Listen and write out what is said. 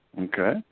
okay